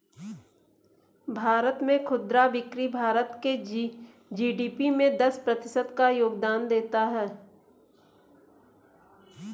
भारत में खुदरा बिक्री भारत के जी.डी.पी में दस प्रतिशत का योगदान देता है